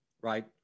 Right